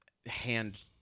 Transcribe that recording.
hand